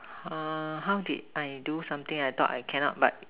uh how did I do something I thought I cannot but